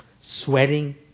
Sweating